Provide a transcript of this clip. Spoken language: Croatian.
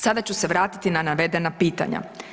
Sada ću se vratiti na navedena pitanja.